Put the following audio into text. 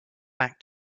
back